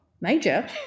major